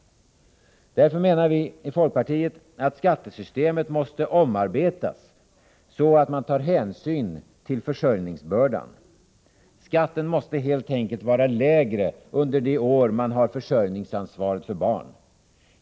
Därför menar vi i folkpartiet att skattesystemet måste omarbetas så, att hänsyn tas till försörjningsbördan. Skatten måste helt enkelt vara lägre under de år man har försörjningsansvar för barn.